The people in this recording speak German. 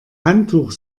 handtuch